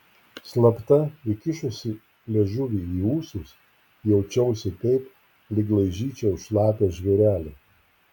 slapta įkišusi liežuvį į ūsus jaučiausi taip lyg laižyčiau šlapią žvėrelį